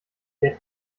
der